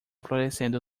florescendo